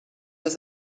dass